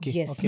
Yes